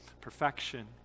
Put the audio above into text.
Perfection